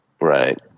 Right